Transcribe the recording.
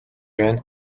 байна